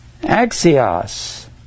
Axios